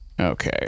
Okay